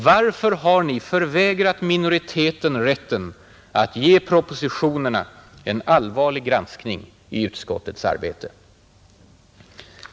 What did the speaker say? Varför har ni förvägrat minoriteten rätten att ge propositionerna en allvarlig granskning i utskottets arbete?